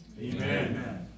Amen